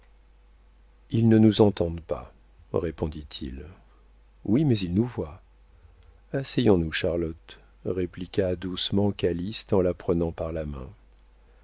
ils ne nous entendent pas répondit-il oui mais ils nous voient asseyons-nous charlotte répliqua doucement calyste en la prenant par la main